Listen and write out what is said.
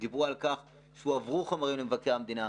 דיברו על כך שהועברו חומרים למבקר המדינה,